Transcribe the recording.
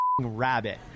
rabbit